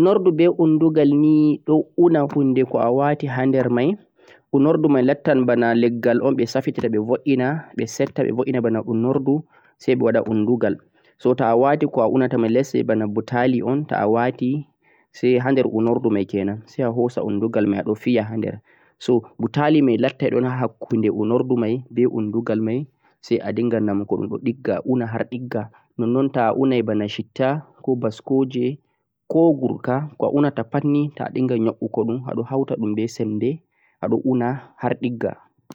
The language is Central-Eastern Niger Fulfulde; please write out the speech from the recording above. hunarduu be hundugal nei don uuna hundeko a waati hander mei huunordu mei lettan baana ghal o'n saffita mei e bog'ena be seftan be seftan be bog'ena baana o'n noordu sai boodha bundugal so toh waati a wa'ena lesse baana butaali o'n toh a waati sai hander unoordu mei kenan sai a hoosa undugar mei adon fiya hander so butaali mei lattai don haa kunde unoordu mei be undugal mei sai a dinghan namdugo a dingha uuna haa dingha non-non toh a uunai boona shitta ko baskoje ko gurkaa a uunata pad ni toh dhinghai yooggugo dhum boona hauta dhum be sembe adon uuna haa dhingha